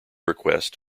request